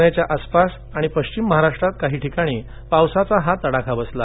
प्ण्याच्या आसपास आणि पश्चिम महाराष्ट्रात काही ठिकाणीही पावसाचा हा तडाखा बसला